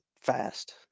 fast